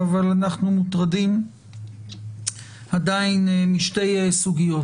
אבל אנחנו עדיין מוטרדים משתי סוגיות,